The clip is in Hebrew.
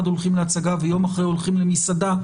הולכים להצגה ויום אחר הולכים למסעדה,